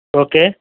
okay